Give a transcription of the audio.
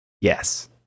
yes